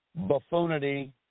buffoonity